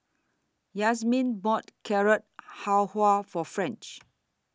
Yazmin bought Carrot Halwa For French